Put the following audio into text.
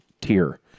tier